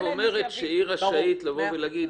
את באה ואומרת שהיא רשאית לבוא ולהגיד: